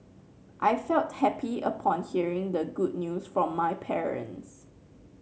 I felt happy upon hearing the good news from my parents